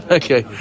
okay